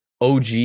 OG